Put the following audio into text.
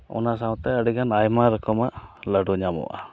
ᱚᱱᱟ ᱥᱟᱶᱛᱮ ᱟᱹᱰᱤᱜᱟᱱ ᱟᱭᱢᱟ ᱨᱚᱠᱚᱢᱟᱜ ᱞᱟᱹᱰᱩ ᱧᱟᱢᱚᱜᱼᱟ